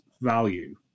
value